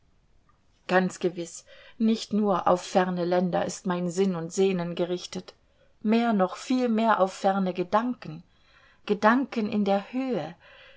ganz gewiß nicht nur auf ferne länder ist mein sinn und sehnen gerichtet mehr noch viel mehr auf ferne gedanken gedanken in der höhe